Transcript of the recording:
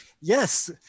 Yes